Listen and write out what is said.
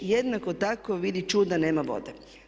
Jednako tako, vidi čuda nema vode.